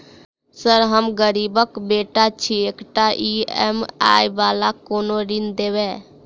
Sir हम गरीबक बेटा छी एकटा ई.एम.आई वला कोनो ऋण देबै?